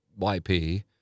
YP